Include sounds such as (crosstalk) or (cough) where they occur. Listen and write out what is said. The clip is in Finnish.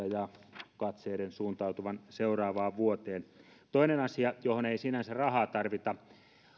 (unintelligible) ja toivoisi katseiden suuntautuvan seuraavaan vuoteen toinen asia johon ei sinänsä rahaa tarvita